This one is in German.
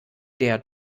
der